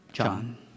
John